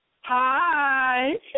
Hi